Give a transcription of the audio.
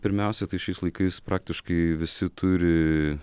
pirmiausia tai šiais laikais praktiškai visi turi